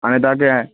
हाणे तव्हांखे ऐं